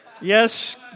Yes